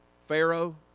Pharaoh